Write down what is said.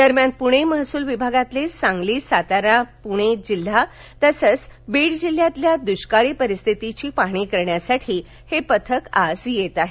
दरम्यान पूणे महसूल विभागातले सांगली सातारा आणि पुणे जिल्हा तसंच बीड जिल्ह्यातल्या दुष्काळी परिस्थितीची पाहणी करण्यासाठी हे पथक आज येत आहे